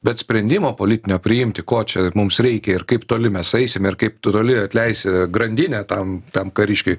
bet sprendimo politinio priimti ko čia mums reikia ir kaip toli mes eisime ir kaip tu toli atleisi grandinę tam tam kariškiui